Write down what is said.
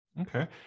Okay